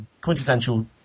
quintessential